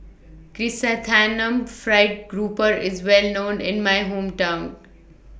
Chrysanthemum Fried Grouper IS Well known in My Hometown